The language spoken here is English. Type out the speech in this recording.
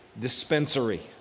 dispensary